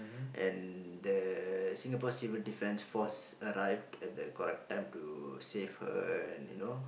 and the Singapore-civil-defence-force arrived at the correct time to save her you know